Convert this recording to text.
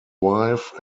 wife